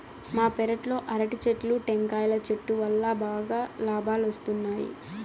మా పెరట్లో అరటి చెట్లు, టెంకాయల చెట్టు వల్లా బాగా లాబాలొస్తున్నాయి